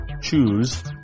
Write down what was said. Choose